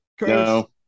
no